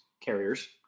carriers